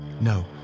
No